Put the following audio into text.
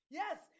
yes